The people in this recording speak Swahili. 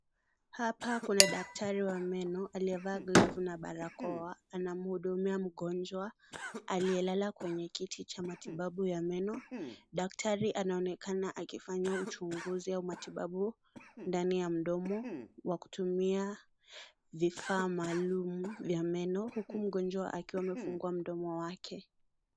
Hapa, kuna daktari wa meno aliyevaa glavu na barakoa, anamhudumia mgonjwa aliyelala kwenye kiti cha matibabu ya meno. Daktari anaonekana akifanya uchunguzi au matibabu ndani ya mdomo wa kwa kutumia vifaa maalum ya meno, huku mgonjwa akiwa amefungua mdomo wake.